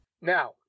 Now